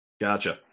Gotcha